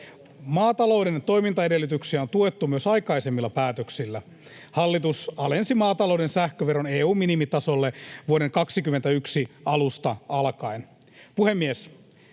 Maatalouden toimintaedellytyksiä on tuettu myös aikaisemmilla päätöksillä. Hallitus alensi maatalouden sähköveron EU:n minimitasolle vuoden 21 alusta alkaen.